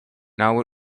now